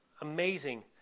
Amazing